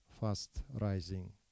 fast-rising